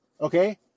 Okay